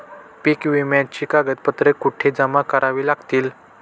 पीक विम्याची कागदपत्रे कुठे जमा करावी लागतील?